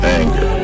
anger